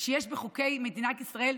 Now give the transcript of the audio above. שיש בחוקי מדינת ישראל,